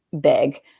big